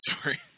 sorry